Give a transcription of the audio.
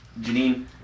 Janine